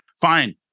fine